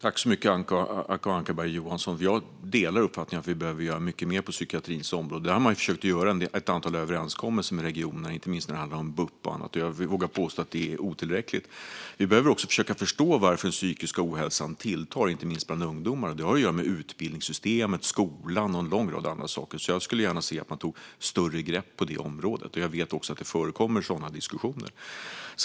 Fru talman! Jag delar uppfattningen att vi behöver göra mycket mer på psykiatrins område. Där har man försökt göra ett antal överenskommelser med regionerna, inte minst när det handlar om bup och annat. Jag vågar påstå att det är otillräckligt. Vi behöver försöka förstå varför den psykiska ohälsan tilltar, inte minst bland ungdomar. Det har att göra med utbildningssystemet, skolan och en lång rad andra saker. Jag skulle gärna se att man tar ett större grepp på det området, och jag vet att det förekommer sådana diskussioner.